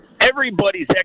everybody's